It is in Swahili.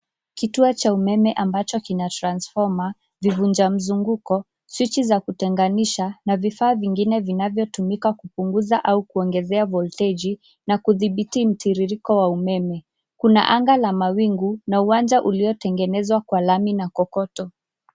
Kituo cha umeme ambacho kina transfoma, vivunja mzunguko, swichi za kutenganisha na vifaa vingine vinavyotumika kupunguza au kuongezea volteji na kudhibiti mtiririko wa umeme. Kuna anga la mawingu na uwanja uliotengenezwa kwa lami na kokoto.